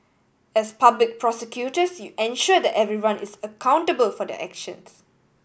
as public prosecutors you ensure that everyone is accountable for their actions